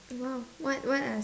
!wow! what what are